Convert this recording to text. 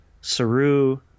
Saru